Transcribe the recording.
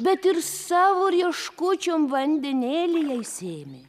bet ir savo rieškučiom vandenėlį jai sėmė